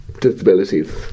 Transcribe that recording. disabilities